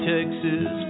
Texas